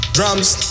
Drums